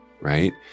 right